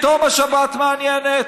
פתאום השבת מעניינת,